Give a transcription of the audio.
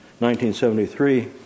1973